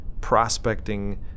prospecting